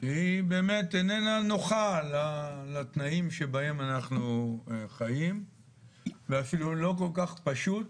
שהיא באמת איננה נוחה לתנאים שבהם אנחנו חיים ואפילו לא כל כך פשוט